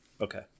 Okay